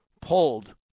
pulled